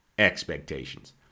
Expectations